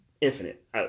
infinite